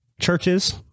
churches